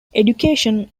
education